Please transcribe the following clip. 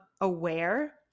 aware